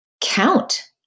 count